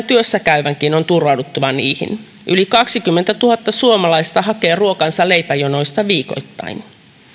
työssä käyvänkin on turvauduttava niihin yli kaksikymmentätuhatta suomalaista hakee ruokansa leipäjonoista viikoittain